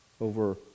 over